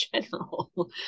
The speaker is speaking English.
general